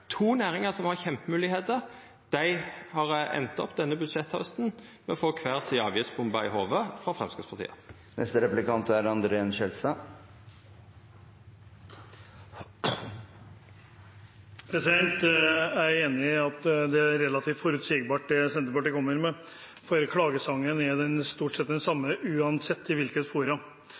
To næringar som har kjempemoglegheiter, har denne budsjetthausten enda opp med å få kvar si avgiftsbombe i hovudet frå Framstegspartiet. Jeg er enig i at det er relativt forutsigbart, det Senterpartiet kommer med, for klagesangen er stort sett den samme, uansett